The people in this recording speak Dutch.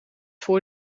voor